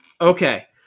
Okay